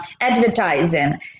advertising